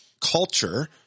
culture